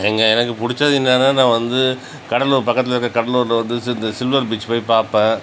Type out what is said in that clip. இங்கே எனக்கு பிடிச்சது என்னென்னா நான் வந்து கடலூரில் வந்து இந்த சில்வர் பீச் போய் பார்ப்பேன்